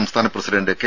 സംസ്ഥാന president K